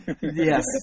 Yes